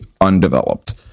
undeveloped